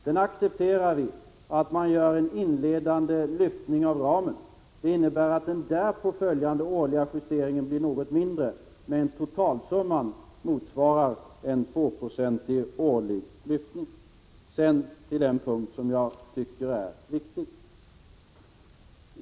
Sedan accepterar vi en inledande lyftning av ramen, vilket innebär att den därpå följande årliga justeringen blir något mindre. Totalsumman motsvarar emellertid en 2-procentig årlig lyftning. Sedan till den punkt som jag tycker är viktig.